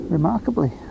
Remarkably